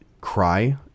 cry